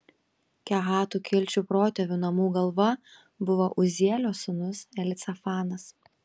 kehatų kilčių protėvių namų galva buvo uzielio sūnus elicafanas